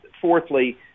fourthly